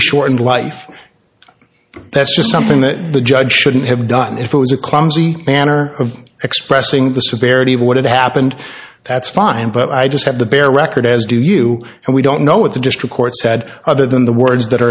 a shortened life that's just something that the judge shouldn't have done if it was a clumsy manner of expressing the severity of what had happened that's fine but i just have the bare record as do you and we don't know what the district court said other than the words that